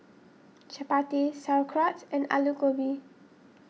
Chapati Sauerkraut and Alu Gobi